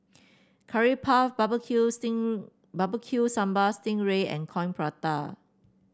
Curry Puff barbecue sting Barbecue Sambal Sting Ray and Coin Prata